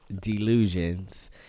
Delusions